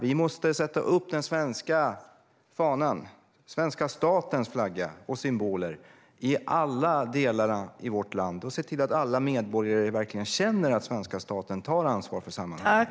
Vi måste sätta upp den svenska statens flagga och symboler i alla delar av vårt land och se till att alla medborgare verkligen känner att svenska staten tar ansvar för sammanhållningen.